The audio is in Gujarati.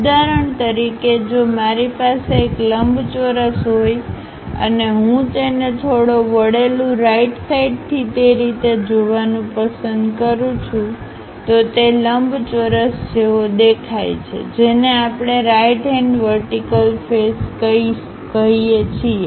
ઉદાહરણ તરીકે જો મારી પાસે એક લંબચોરસ હોય અને હું તેને થોડો વળેલું રાઈટ સાઇડ થી તે રીતે જોવાનું પસંદ કરું છું કે તે લંબચોરસ જેવો દેખાય છે જેને આપણે રાઈટ હેન્ડ વર્ટિકલ ફેસ કહીએ છીએ